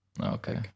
okay